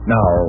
Now